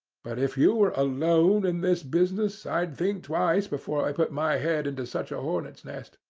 but if you were alone in this business i'd think twice before i put my head into such a hornet's nest.